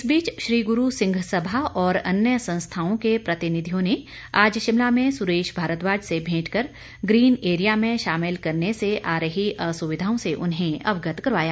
इस बीच श्रीगुरू सिंह सभा और अन्य संस्थाओं के प्रतिनिधियों ने आज शिमला में सुरेश भारद्वाज से भेंट कर ग्रीन एरिया में शामिल करने से आ रही असुविधाओं से उन्हें अवगत करवाया